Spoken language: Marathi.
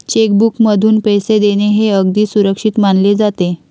चेक बुकमधून पैसे देणे हे अगदी सुरक्षित मानले जाते